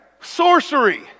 Sorcery